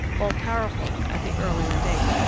all-powerful at the earlier date.